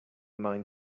mind